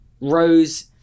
Rose